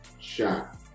shot